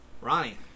Ronnie